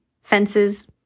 fences